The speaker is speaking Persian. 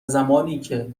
زمانیکه